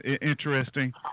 interesting